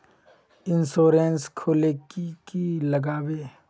Insurance खोले की की लगाबे?